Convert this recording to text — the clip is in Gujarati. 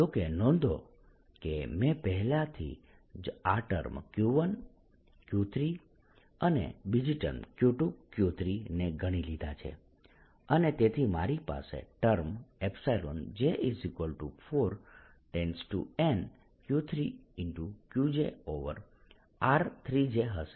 જો કે નોંધો કે મેં પહેલાથી જ આ ટર્મમાં Q1Q3 અને બીજી ટર્મમાં Q2Q3 ને ગણી લીધા છે અને તેથી મારી પાસે term j4N Q3Q jr3 j હશે